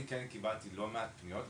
אני כן קיבלתי לא מעט פניות,